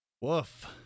Woof